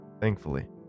Thankfully